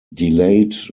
delayed